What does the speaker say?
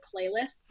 playlists